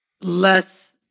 less